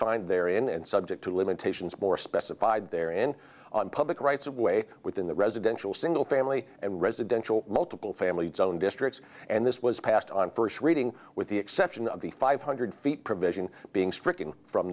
defined there in and subject to limitations more specified there in public rights of way within the residential single family and residential multiple families own districts and this was passed on first reading with the exception of the five hundred feet provision being